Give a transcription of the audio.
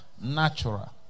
Natural